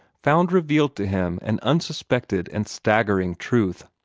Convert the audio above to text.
found revealed to him an unsuspected and staggering truth.